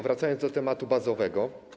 Wracam do tematu bazowego.